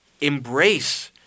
embrace